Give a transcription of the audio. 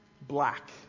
Black